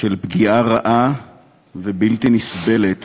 של פגיעה רעה ובלתי נסבלת